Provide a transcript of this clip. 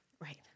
Right